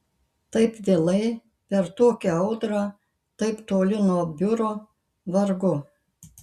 taip vėlai per tokią audrą taip toli nuo biuro vargu